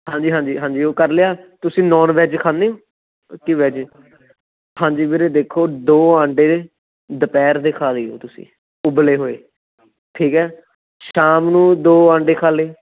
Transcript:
ਹਾਂਜੀ ਹਾਂਜੀ ਉਹ ਕਰ ਲਿਆ ਤੁਸੀਂ ਨੌਨ ਵੇਜ ਖਾਨੇ ਹੋ ਕੀ ਵੇਜ ਹਾਂਜੀ ਵੀਰੇ ਦੇਖੋ ਦੋ ਆਂਡੇ ਦੁਪਹਿਰ ਦੇ ਖਾ ਲਈਓ ਤੁਸੀਂ ਉਬਲੇ ਹੋਏ ਠੀਕ ਹੈ ਸ਼ਾਮ ਨੂੰ ਦੋ ਆਂਡੇ ਖਾ ਲੈ